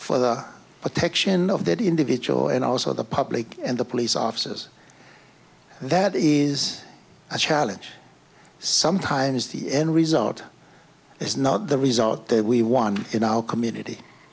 for the protection of that individual and also the public and the police officers that is a challenge sometimes the end result is not the result that we won in our community